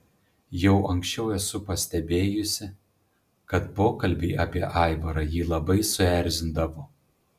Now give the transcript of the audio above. jau anksčiau esu pastebėjusi kad pokalbiai apie aivarą jį labai suerzindavo